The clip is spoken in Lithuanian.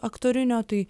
aktorinio tai